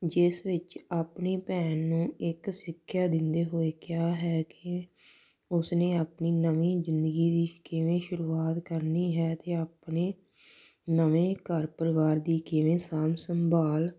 ਜਿਸ ਵਿੱਚ ਆਪਣੀ ਭੈਣ ਨੂੰ ਇੱਕ ਸਿੱਖਿਆ ਦਿੰਦੇ ਹੋਏ ਕਿਹਾ ਹੈ ਕਿ ਉਸਨੇ ਆਪਣੀ ਨਵੀਂ ਜ਼ਿੰਦਗੀ ਦੀ ਕਿਵੇਂ ਸ਼ੁਰੂਆਤ ਕਰਨੀ ਹੈ ਅਤੇ ਆਪਣੇ ਨਵੇਂ ਘਰ ਪਰਿਵਾਰ ਦੀ ਕਿਵੇਂ ਸਾਂਭ ਸੰਭਾਲ